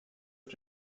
auf